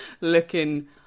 looking